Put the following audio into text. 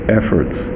efforts